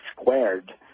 squared